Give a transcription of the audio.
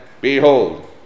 behold